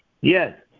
Yes